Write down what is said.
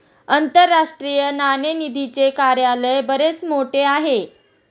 आंतरराष्ट्रीय नाणेनिधीचे कार्यालय बरेच मोठे आहे